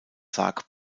sarg